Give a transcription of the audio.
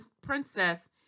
princess